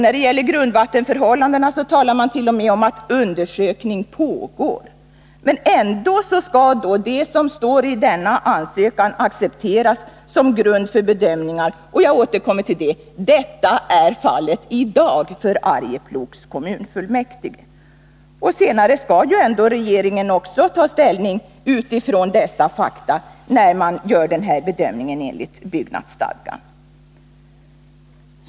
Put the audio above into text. När det gäller grundvattenförhållanden talar man t.o.m. om att ”undersökning pågår”. Ändå skall det som står i ansökan accepteras som grund för olika bedömningar. Jag återkommer till det. Så är fallet när det gäller Arjeplogs kommunfullmäktige. Senare skall ju ändå regeringen ta ställning utifrån dessa fakta, när man gör bedömningen enligt byggnadsstadgan.